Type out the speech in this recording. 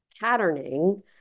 patterning